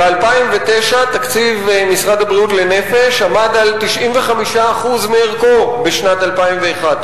ב-2009 תקציב משרד הבריאות לנפש עמד על 95% מערכו בשנת 2001,